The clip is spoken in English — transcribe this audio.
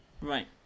right